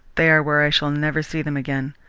they are where i shall never see them again.